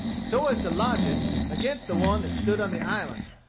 so as to lodge it against the one that stood on the island.